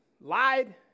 lied